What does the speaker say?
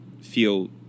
feel